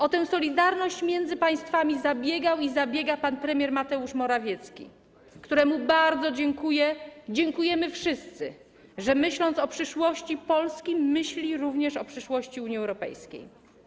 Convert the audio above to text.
O tę solidarność między państwami zabiegał i zabiega pan premier Mateusz Morawiecki, któremu bardzo dziękuję, dziękujemy wszyscy, że, myśląc o przyszłości Polski, myśli również o przyszłości Unii Europejskiej.